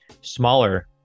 smaller